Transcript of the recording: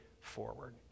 forward